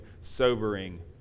sobering